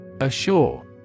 Assure